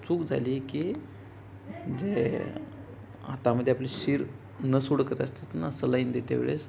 चूक झाली की जे हातामध्ये आपली शीर नस हुडकत असतात ना सलाईन देते वेळेस